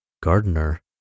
gardener